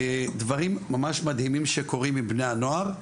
דברים מדהימים שקורים עם בני הנוער.